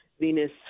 Venus